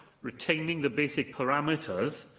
retaining the basic parameters,